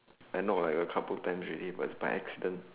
I know like a couple times already but its by accident